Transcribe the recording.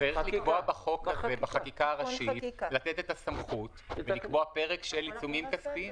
צריך לתת סמכות בחקיקה ראשית לקבוע פרק של עיצומים כספיים.